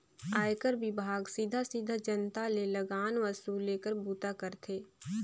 आयकर विभाग सीधा सीधा जनता ले लगान वसूले कर बूता करथे